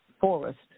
forest